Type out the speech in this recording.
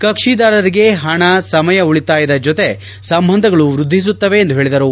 ಕಕ್ಷಿದಾರರಿಗೆ ಪಣ ಸಮಯ ಉಳಿತಾಯದ ಜೊತೆ ಸಂಬಂಧಗಳು ವೃದ್ಧಿಸುತ್ತವೆ ಎಂದು ಹೇಳಿದರು